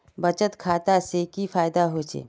बचत खाता से की फायदा होचे?